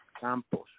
Campos